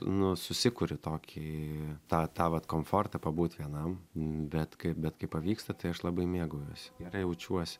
nu susikuri tokį tą tą vat komfortą pabūt vienam bet kai bet kai pavyksta tai aš labai mėgaujuosi gerai jaučiuosi